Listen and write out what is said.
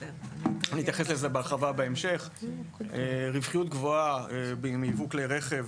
אני אתייחס לזה בהרחבה בהמשך; רווחיות גבוהה מייבוא כלי רכב